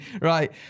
Right